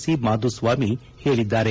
C Madhuswamy ಹೇಳಿದ್ಗಾರೆ